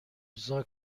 زاک